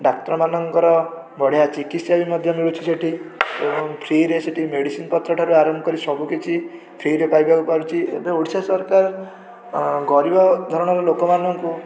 ଡାକ୍ତରମାନଙ୍କର ବଢ଼ିଆ ଚିକିତ୍ସା ବି ମଧ୍ୟ ମିଳୁଛି ସେଠି ଏବଂ ଫ୍ରୀରେ ସେଠି ମେଡ଼ିସିନ୍ ପତ୍ରଠାରୁ ଆରମ୍ଭକରି ସବୁକିଛି ଫ୍ରୀରେ ପାଇବାକୁ ପାରୁଛି ଏବେ ଓଡ଼ିଶା ସରକାର ଆଁ ଗରିବ ଧରଣର ଲୋକମାନଙ୍କୁ